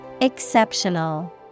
Exceptional